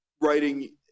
writing